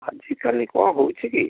ଆଜିକାଲି କ'ଣ ହେଉଛି କି